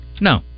No